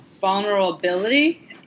vulnerability